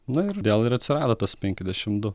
na ir gal ir atsirado tas penki dešim du